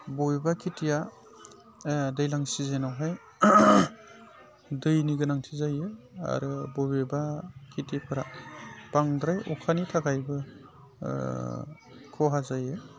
बबेबा खिथिया दैज्लां सिजोनावहाय दैनि गोनांथि जायो आरो बबेबा खिथिफ्रा बांद्राय अखानि थाखायबो खहा जायो